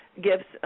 gifts